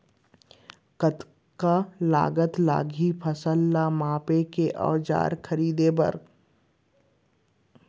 कतका लागत लागही फसल ला मापे के औज़ार खरीदे बर?